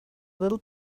little